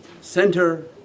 center